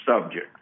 subject